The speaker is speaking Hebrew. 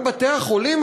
גם בתי-החולים,